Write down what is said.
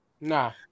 Nah